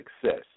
success